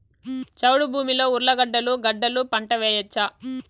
చౌడు భూమిలో ఉర్లగడ్డలు గడ్డలు పంట వేయచ్చా?